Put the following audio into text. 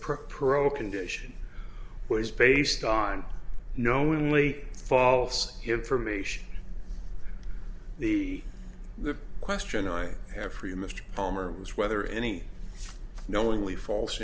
old condition was based on knowingly false information the the question i have for you mr palmer was whether any knowingly false